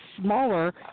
smaller